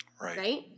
Right